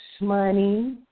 money